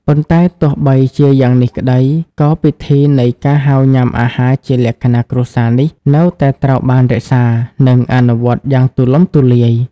ប៉ុន្តែទោះបីជាយ៉ាងនេះក្ដី ក៏ពិធីនៃការហៅញ៉ាំអាហារជាលក្ខណៈគ្រួសារនេះ នៅតែត្រូវបានរក្សា និងអនុវត្តយ៉ាងទូលំទូលាយ។